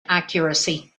accuracy